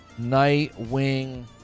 Nightwing